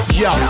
yo